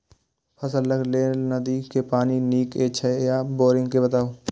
फसलक लेल नदी के पानी नीक हे छै या बोरिंग के बताऊ?